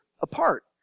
apart